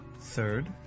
third